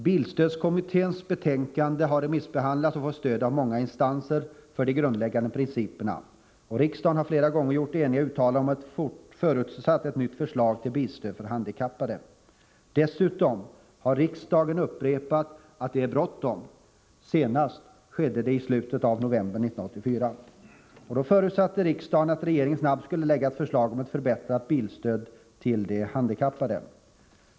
Bilstödskommitténs betänkande har remissbehandlats och fått stöd av många instanser när det gäller de grundläggande principerna. Riksdagen har flera gånger varit enig om uttalanden som gått ut på att det bör läggas fram ett nytt förslag till bilstöd för handikappade. Dessutom har riksdagen upprepat att det är bråttom. Den senaste gången detta skedde var i slutet av november 1984. Då förutsatte riksdagen att regeringen snabbt skulle lägga fram ett förslag om en förbättring av bilstödet till handikappade.